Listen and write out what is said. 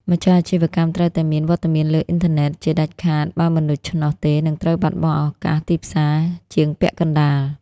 ម្ចាស់អាជីវកម្មត្រូវតែមាន "វត្តមានលើអ៊ីនធឺណិត" ជាដាច់ខាត បើមិនដូច្នោះទេនឹងត្រូវបាត់បង់ឱកាសទីផ្សារជាងពាក់កណ្ដាល។